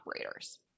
operators